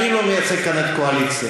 אני לא מייצג כאן את הקואליציה,